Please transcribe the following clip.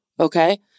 okay